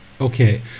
Okay